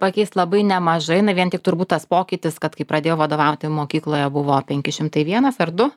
pakeist labai nemažai na vien tik turbūt tas pokytis kad kai pradėjau vadovauti mokykloje buvo penki šimtai vienas ar du